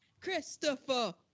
Christopher